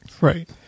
Right